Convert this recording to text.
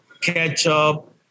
ketchup